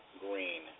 Green